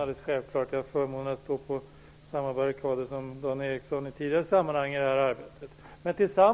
Jag har haft förmånen att få stå på samma barrikader som Dan Ericsson i tidigare sammanhang i detta arbete.